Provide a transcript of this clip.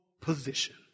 position